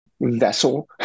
vessel